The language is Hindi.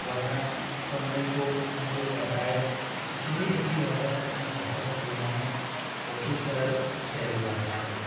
वर्णन सुनने को मिल ही जाता है इसलिए हिंदी भाषा अन्य भाषाओं की तुलना में बहुत ही सरल और सहज भाषा है